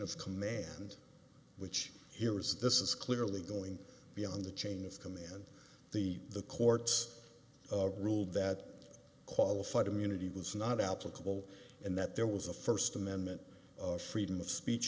of command which here was this is clearly going beyond the chain of command the the courts ruled that qualified immunity was not applicable and that there was a first amendment freedom of speech